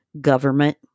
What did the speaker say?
government